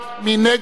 מי נגד?